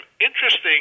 interesting